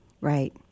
Right